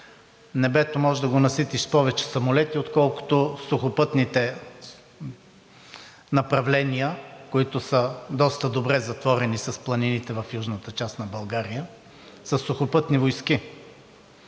небето можеш да го наситиш с повече самолети, отколкото сухопътните направления, които са доста добре затворени с планините в южната част на България, със сухопътни войски.